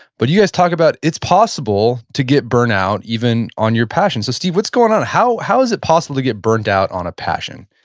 but you guys talk about it's possible to get burnout even on your passion. so steve, what's going on? how how is it possible to get burnt out on a passion?